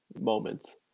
moments